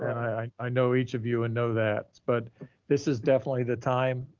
i know each of you and know that, but this is definitely the time.